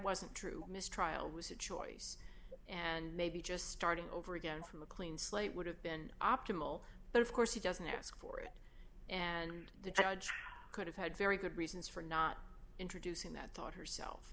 wasn't true mistrial was a choice and maybe just starting over again from a clean slate would have been optimal but of course he doesn't ask for it and the judge could have had very good reasons for not introducing that thought herself